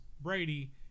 Brady